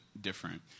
different